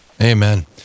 Amen